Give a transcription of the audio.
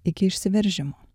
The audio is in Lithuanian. iki išsiveržimo